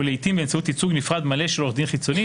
ולעיתים באמצעות ייצוג נפרד מלא של עורך דין חיצוני.